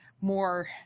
more